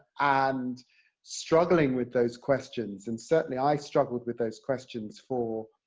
and struggling with those questions, and certainly i struggled with those questions for,